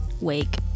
wake